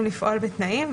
לפעול בתנאים,